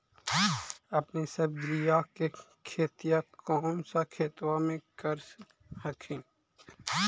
अपने सब्जिया के खेतिया कौन सा खेतबा मे कर हखिन?